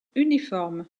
uniformes